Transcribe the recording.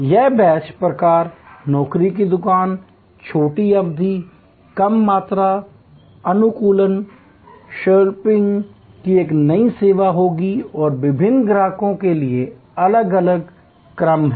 यह बैच प्रकार नौकरी की दुकान छोटी अवधि कम मात्रा अनुकूलन शेड्यूलिंग की एक नई सेवा होगी और विभिन्न ग्राहकों के लिए अलग अलग क्रम हैं